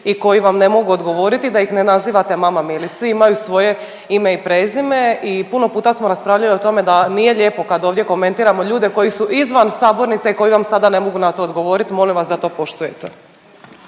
i koji vam ne mogu odgovoriti, da ih ne nazivate mama Milić, svi imaju svoje ime i prezime i puno puta smo raspravljali o tome da nije lijepo kad ovdje komentiramo ljude koji su izvan sabornice i koji vam sada ne mogu na to odgovoriti, molim vas da to poštujete.